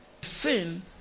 sin